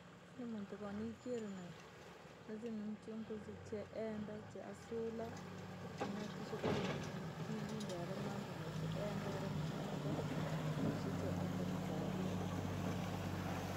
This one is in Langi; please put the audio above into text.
Yaani muntu kooniikirenaye, lazima nimchunguzee chee endaa, chee asulaa, nihakikishe kwamba nokiilinda yaane mambo mee sienda yar mee eenda, nihakikishe chee enda na chee avia.